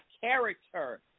character